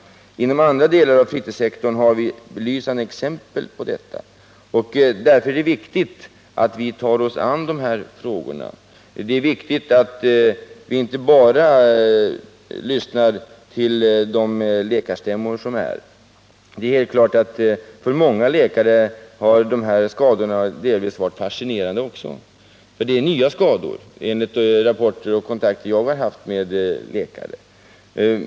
Inom andra delar av fritidssektorn har vi belysande exempel på detta. Därför är det viktigt att vi tar oss an de här frågorna. Det är också viktigt att vi inte bara lyssnar till det som sägs på läkarstämmor. Det är klart att dessa skador för många läkare har varit fascinerande. Detta har framgått av samtal jag haft med läkare. Det är också fråga om nya skador.